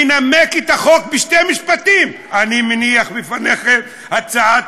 מנמק את החוק בשני משפטים: אני מניח בפניכם את הצעת